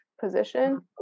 position